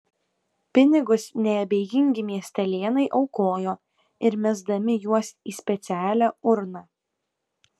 pinigus neabejingi miestelėnai aukojo ir mesdami juos į specialią urną